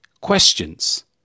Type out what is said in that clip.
questions